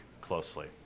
closely